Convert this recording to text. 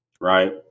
right